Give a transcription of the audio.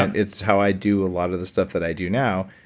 and it's how i do a lot of the stuff that i do now,